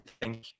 thank